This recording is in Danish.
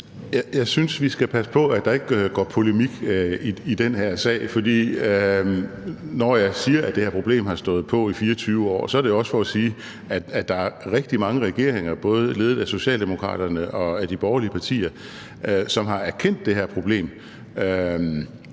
Jeg synes, vi skal passe på, at der ikke går polemik i den her sag. For når jeg siger, at det her problem har stået på i 24 år, er det også for at sige, at der er rigtig mange regeringer, både ledet af Socialdemokraterne og af de borgerlige partier, som har erkendt det her problem,